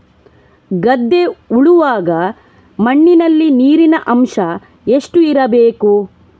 ಗದ್ದೆ ಉಳುವಾಗ ಮಣ್ಣಿನಲ್ಲಿ ನೀರಿನ ಅಂಶ ಎಷ್ಟು ಇರಬೇಕು?